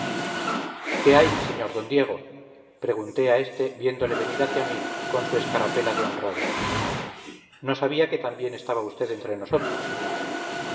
qué hay sr d diego pregunté a esteviéndole venir hacia mí con su escarapela de honrado no sabía que también estaba usted entre nosotros